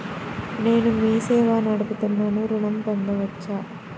నేను మీ సేవా నడుపుతున్నాను ఋణం పొందవచ్చా?